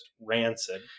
rancid